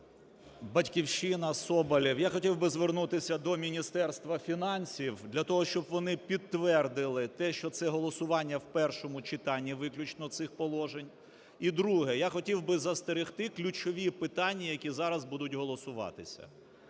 "Батьківщина", Соболєв. Я хотів би звернутися до Міністерства фінансів для того, щоб вони підтвердили те, що це голосування в першому читанні виключно цих положень. І друге – я хотів би застерегти ключові питання, які зараз будуть голосуватися.